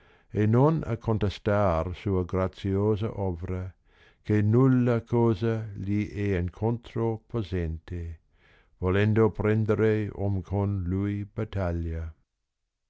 n n a cuntastur sua graziosa ovra che nulla cosa gli è incontro possente volendo prendere om con lui battaglia